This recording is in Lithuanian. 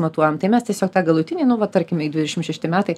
matuojame tai mes tiesiog tą galutinį nu va tarkim dvidešimt šešti metai